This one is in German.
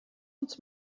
uns